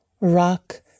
rock